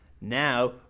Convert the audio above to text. now